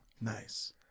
Nice